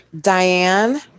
Diane